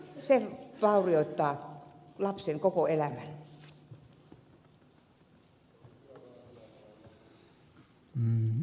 se vaurioittaa lapsen koko elämän